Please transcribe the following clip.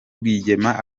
rwigema